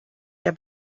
der